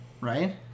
Right